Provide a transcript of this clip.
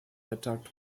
attacked